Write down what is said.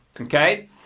Okay